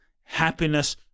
happiness